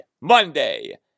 Monday